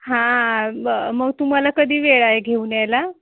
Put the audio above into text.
हां मग मग तुम्हाला कधी वेळ आहे घेऊन यायला